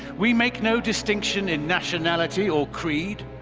we make no distinction in nationality, or creed.